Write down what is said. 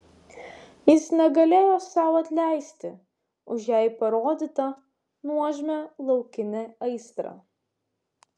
jis negalėjo sau atleisti už jai parodytą nuožmią laukinę aistrą